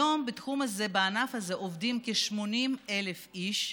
היום בתחום הזה, בענף הזה, עובדים כ-80,000 איש.